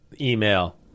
email